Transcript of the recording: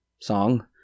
song